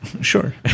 sure